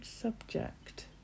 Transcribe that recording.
subject